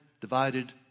divided